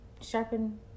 sharpen